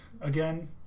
again